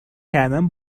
کردن